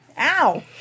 Ow